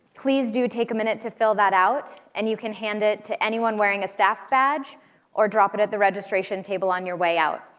please do take a minute to fill that out, and you can hand it to anyone wearing a staff badge or drop it at the registration table on your way out.